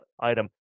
item